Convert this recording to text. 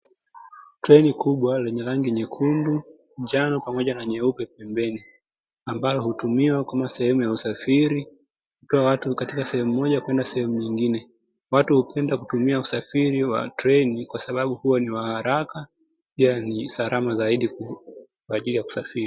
Treni kubwa lenye rangi nyekundu, njano pamoja na nyeupe pembeni, ambalo hutumiwa kama sehemu ya usafiri kutoa watu katika sehemu moja kwenda sehemu nyingine. Watu hupenda kutumia usafiri wa treni kwa sababu huwa ni wa haraka, pia salama zaidi kwa ajili ya kusafiri.